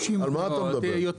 על מה אתה מדבר?